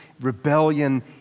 rebellion